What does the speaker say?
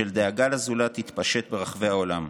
של דאגה לזולת, תתפשט ברחבי העולם.